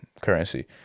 currency